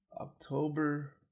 October